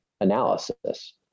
analysis